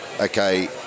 okay